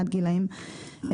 נושא כוח האדם מחו"ל,